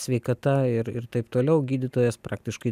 sveikata ir ir taip toliau gydytojas praktiškai